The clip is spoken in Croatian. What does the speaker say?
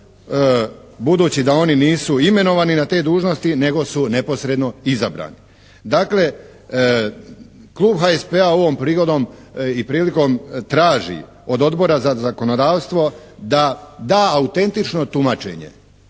budući da oni nisu imenovani na te dužnosti nego su neposredno izabrani. Dakle, klub HSP-a ovom prigodom i prilikom traži od Odbora za zakonodavstvo da da autentično tumačenje